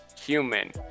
human